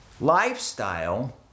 lifestyle